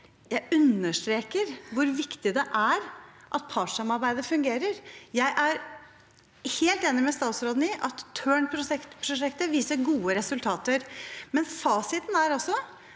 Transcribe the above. Jeg understreker hvor viktig det er at partssamarbeidet fungerer. Jeg er helt enig med statsråden i at Tørn-prosjektet viser gode resultater, men fasiten er at